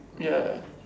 ya